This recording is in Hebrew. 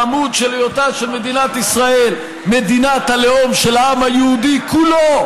העמוד של היותה של מדינת ישראל מדינת הלאום של העם היהודי כולו,